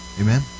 Amen